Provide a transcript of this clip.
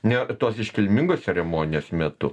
ne tos iškilmingos ceremonijos metu